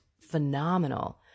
phenomenal